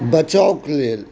बचावके लेल